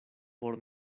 por